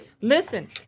Listen